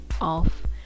off